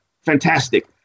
fantastic